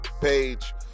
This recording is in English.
page